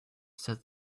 said